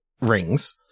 rings